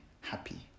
happy